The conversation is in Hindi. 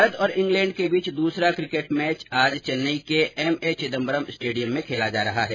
भारत और इंग्लैंड के बीच दूसरा क्रिकेट मैच आज चेन्नई के एमए चिदंबरम स्टेडियम में खेला जा रहा है